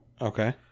Okay